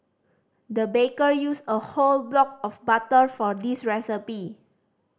the baker used a whole block of butter for this recipe